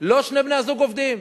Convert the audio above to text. לא שני בני-הזוג עובדים.